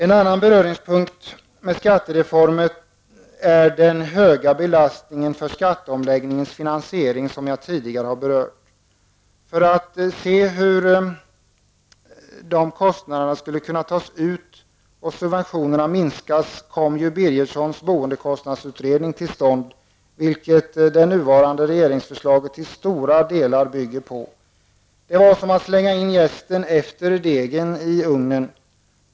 En annan beröringspunkt med skattereformen är den höga belastningen för skatteomläggningens finansiering, som jag tidigare har berört. För att se hur de kostnaderna skulle kunna tas ut och subventionerna minskas kom Birgerssons boendekostnadsutredning till stånd, vilken det nuvarande regeringsförslaget till stora delar bygger på. Det var som att slänga in jästen efter degen i ugnen.